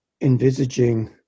envisaging